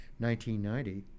1990